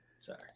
sorry